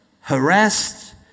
harassed